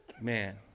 Man